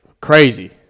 crazy